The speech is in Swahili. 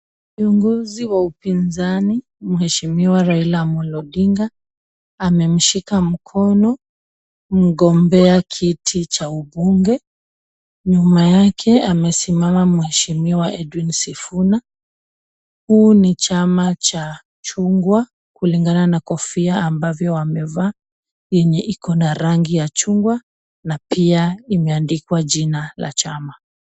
Kiongozi wa upinzani mheshimiwa Raila Odinga amemshika kwa mkono mgombeaji wa kiti cha ubunge. Nyuma yake amesimama mheshimiwa Edwin Sifuna. Hiki ni chama cha chungwa kulingana na kofia ambavyo wamevaa yenye iko na rangi ya chungwa na pia imeandikwa jina la chama.